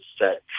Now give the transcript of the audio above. set